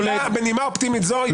בנימה אופטימית זו הישיבה ננעלת.